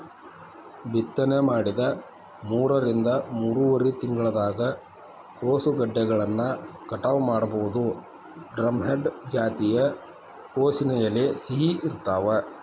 ಬಿತ್ತನೆ ಮಾಡಿದ ಮೂರರಿಂದ ಮೂರುವರರಿ ತಿಂಗಳದಾಗ ಕೋಸುಗೆಡ್ಡೆಗಳನ್ನ ಕಟಾವ ಮಾಡಬೋದು, ಡ್ರಂಹೆಡ್ ಜಾತಿಯ ಕೋಸಿನ ಎಲೆ ಸಿಹಿ ಇರ್ತಾವ